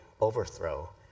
overthrow